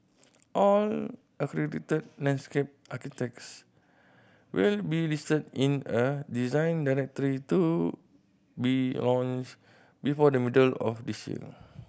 all accredited landscape architects will be listed in a Design Directory to be launched before the middle of this year